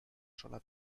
sola